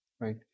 right